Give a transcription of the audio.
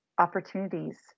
Opportunities